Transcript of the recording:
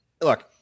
Look